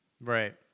Right